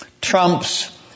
trumps